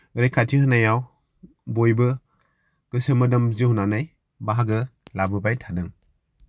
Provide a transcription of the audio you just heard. रैखाथि होनायाव बयबो गोसो मोदोम जिउ होनानै बाहागो लाबोबाय थादों